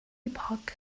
epoch